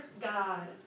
God